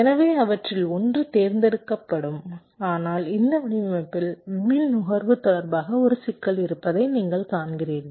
எனவே அவற்றில் ஒன்று தேர்ந்தெடுக்கப்படும் ஆனால் இந்த வடிவமைப்பில் மின் நுகர்வு தொடர்பாக ஒரு சிக்கல் இருப்பதை நீங்கள் காண்கிறீர்கள்